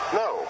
no